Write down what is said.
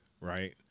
right